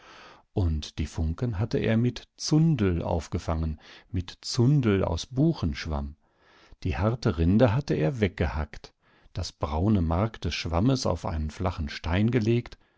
und die funken hatte er mit zundel aufgefangen mit zundel aus buchenschwamm die harte rinde hatte er weggehackt das braune mark des schwammes auf einen flachen stein gelegt